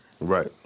Right